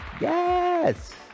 Yes